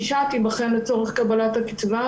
אישה תיבחן לצורך קבלת הקיצבה,